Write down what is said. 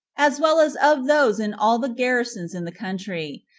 as well as of those in all the garrisons in the country,